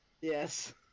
yes